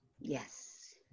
Yes